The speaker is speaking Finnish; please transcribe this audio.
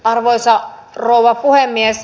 arvoisa rouva puhemies